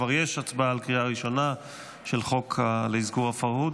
וכבר יש הצבעה על קריאה ראשונה של חוק לאזכור הפרהוד,